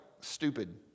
stupid